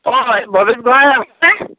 অঁ ভৱেশ বৰা আছেনে